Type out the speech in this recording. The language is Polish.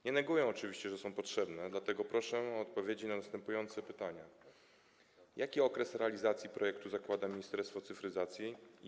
Nie neguję oczywiście tego, że są one potrzebne, dlatego proszę o odpowiedzi na następujące pytania: Jaki okres realizacji projektu zakłada Ministerstwo Cyfryzacji?